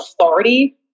authority